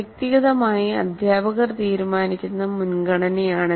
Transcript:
വ്യക്തിഗതമായി അധ്യാപകർ തീരുമാനിക്കുന്ന മുൻഗണനയാണിത്